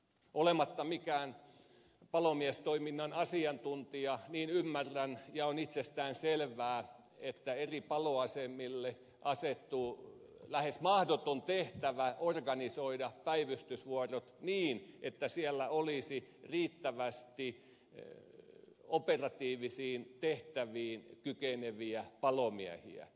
olematta mikään palomiestoiminnan asiantuntija ymmärrän ja on itsestäänselvää että eri paloasemille asettuu lähes mahdoton tehtävä organisoida päivystysvuorot niin että siellä olisi riittävästi operatiivisiin tehtäviin kykeneviä palomiehiä